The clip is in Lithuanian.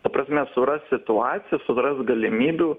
ta prasme surast situacijas sudrast galimybių